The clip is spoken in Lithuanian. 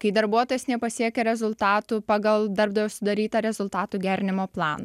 kai darbuotojas nepasiekia rezultatų pagal darbdavio sudarytą rezultatų gerinimo planą